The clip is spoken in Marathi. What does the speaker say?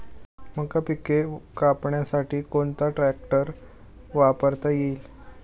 मका पिके कापण्यासाठी कोणता ट्रॅक्टर वापरता येईल?